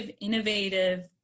innovative